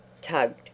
tugged